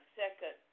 second